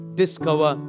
discover